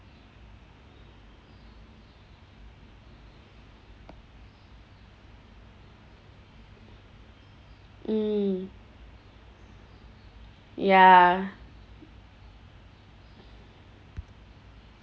mm ya